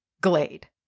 Glade